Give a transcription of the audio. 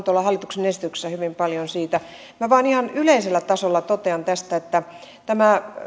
tuolla hallituksen esityksessähän on hyvin paljon siitä minä vain ihan yleisellä tasolla totean tästä että tämä